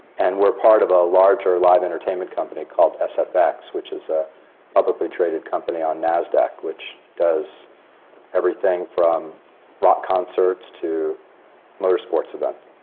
and we're part of a larger live entertainment company called sfx, which is a ah but publicly traded company on nasdaq, which does everything from rock concerts to motor sports events.